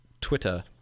Twitter